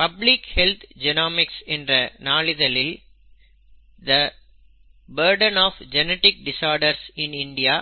public health genomics என்ற நாளிதழில் the burden of genetic disorder in India